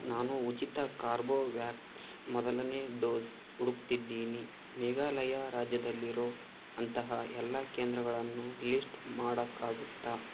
ನಾನು ಉಚಿತ ಕಾರ್ಬೋವ್ಯಾಕ್ಸ್ ಮೊದಲನೇ ಡೋಸ್ ಹುಡುಕ್ತಿದ್ದೀನಿ ಮೇಘಾಲಯ ರಾಜ್ಯದಲ್ಲಿರೋ ಅಂತಹ ಎಲ್ಲ ಕೇಂದ್ರಗಳನ್ನು ಲಿಶ್ಟ್ ಮಾಡೋಕ್ಕಾಗುತ್ತಾ